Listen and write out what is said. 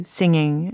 singing